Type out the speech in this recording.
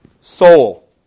soul